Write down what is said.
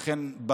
לכן,